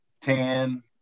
tan